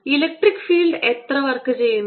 electric field എത്ര work ചെയ്യുന്നു